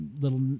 little